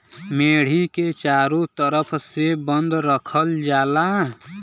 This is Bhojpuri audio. मेड़ी के चारों तरफ से बंद रखल जाला